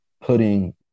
putting